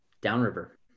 Downriver